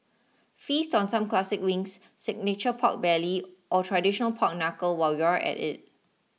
feast on some classic wings signature pork belly or traditional pork Knuckle while you're at it